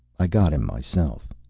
i got him myself.